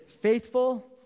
faithful